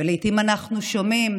ולעיתים אנחנו שומעים